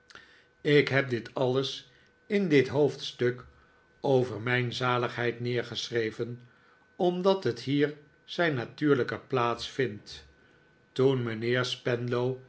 ik heb dit alles in dit hoofdstuk over mijn zaligheid neergeschreven omdat het hier zijn natuurlijke plaats vindt toen mijnheer spenlow